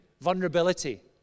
vulnerability